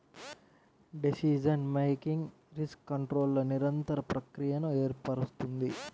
decision making risk కంట్రోల్ల నిరంతర ప్రక్రియను ఏర్పరుస్తుంది